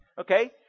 Okay